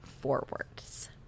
forwards